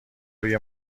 روی